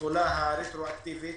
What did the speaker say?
התחולה הרטרואקטיבית,